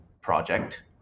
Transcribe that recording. project